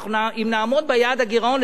אם נעמוד ביעד הגירעון,